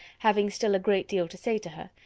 having still a great deal to say to her,